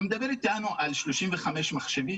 אתה מדבר איתנו על 35 מחשבים?